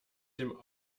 dem